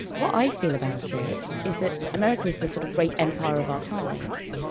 what i feel about it is that america is this sort of great empire of our times.